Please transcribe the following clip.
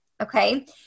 Okay